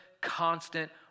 constant